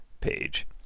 page